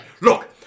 look